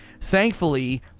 thankfully